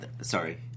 Sorry